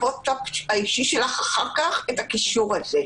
זה לטובתכם ולטובת כולם.